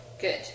Good